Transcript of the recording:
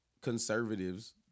conservatives